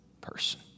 person